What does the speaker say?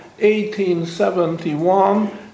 1871